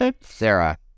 Sarah